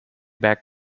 back